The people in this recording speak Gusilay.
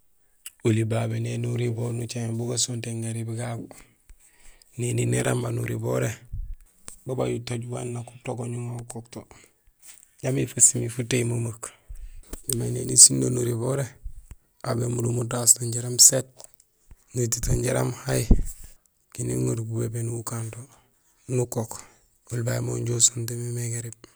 Oli babé néni uriboor nucaméén bu gasontéén gariib gagu; néni néramba nuriboré, babaaj utooj waan nak utogooñ wo ukook to jambi fasimi futééy memeek; mais néni sundo nuriboré, aw bémundum utaas to jaraam sét, nutito jaraam hay, kinding uŋorul bubébéni ukan to nukook; oli babé mé inja usontéén mémé gariib.